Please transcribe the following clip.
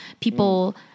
people